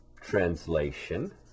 translation